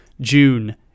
June